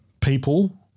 people